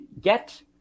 get